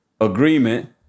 agreement